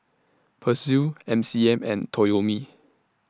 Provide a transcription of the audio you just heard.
Persil M C M and Toyomi